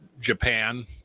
Japan